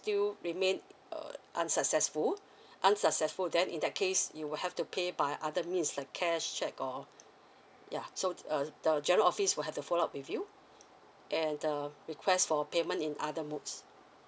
still remain uh unsuccessful unsuccessful then in that case you will have to pay by other means like cash cheque or ya so uh the G_I_R_O office will have to follow up with you and uh request for payment in other modes